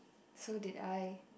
so did I